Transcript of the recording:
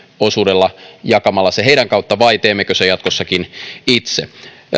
osuudella jakamalla se heidän kauttaan vai teemmekö sen jatkossakin itse